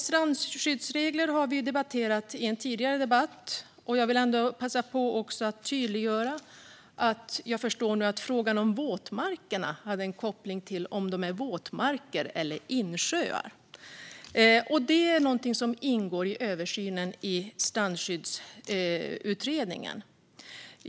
Strandskyddsregler har vi debatterat i en tidigare debatt, men jag vill ändå passa på att tydliggöra att jag nu förstår att frågan om våtmarkerna hade en koppling till om de är våtmarker eller insjöar. Strandskyddsreglerna ingår i översynen i Strandskyddsutredningen.